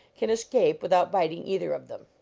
can escape without biting either of them.